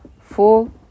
full